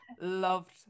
loved